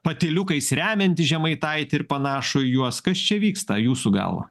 patyliukais remiantį žemaitaitį ir panašų į juos kas čia vyksta jūsų galva